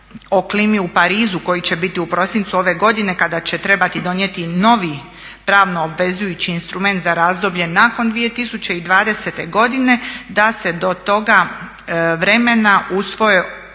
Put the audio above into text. o klimi u Parizu koji će biti u prosincu ove godine kada će trebati donijeti pravno obvezujući instrument za razdoblje nakon 2020. godine, da se do toga vremena usvoje izmjene